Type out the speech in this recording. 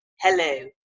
Hello